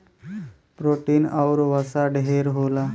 protein आउर वसा ढेर होला